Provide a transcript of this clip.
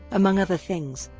among other things.